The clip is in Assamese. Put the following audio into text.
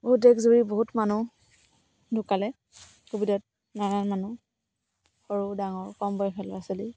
বহুত দেশজুৰি বহুত মানুহ ঢুকালে ক'ভিডত নানা মানুহ সৰু ডাঙৰ কম বয়সীয়া ল'ৰা ছোৱালী